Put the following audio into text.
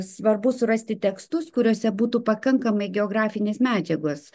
svarbu surasti tekstus kuriuose būtų pakankamai biografinės medžiagos